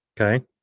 Okay